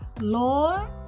Lord